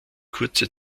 kurze